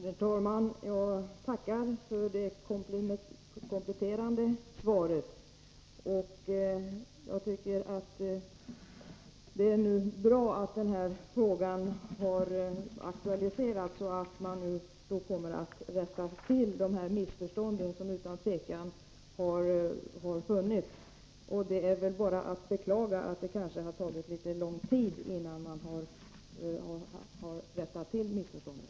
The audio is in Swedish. Herr talman! Jag tackar för det kompletterande svaret. Jag tycker att det är bra att den här frågan har aktualiserats, så att man nu kommer att rätta till de missförstånd som utan tvivel har funnits. Det är väl bara att beklaga att det tagit så lång tid innan detta skett.